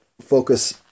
focus